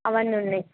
అవన్నీ ఉన్నాయి